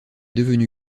devenu